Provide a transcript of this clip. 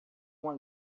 uma